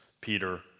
Peter